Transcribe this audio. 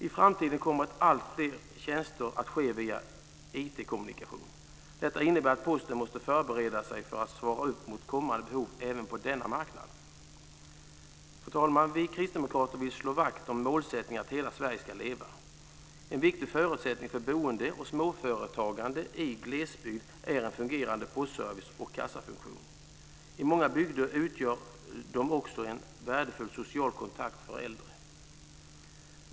I framtiden kommer alltfler tjänster att ske via IT kommunikation. Detta innebär att Posten måste förbereda sig för att svara upp mot kommande behov även på denna marknad. Fru talman! Vi kristdemokrater vill slå vakt om målsättningen att hela Sverige ska leva. En viktig förutsättning för boende och småföretagande i glesbygden är en fungerande postservice och kassafunktion. I många bygder utgör dessa också en värdefull social kontakt för äldre.